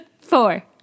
Four